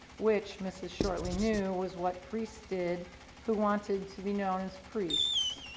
which mrs. shortley knew was what priests did who wanted to be known as priests.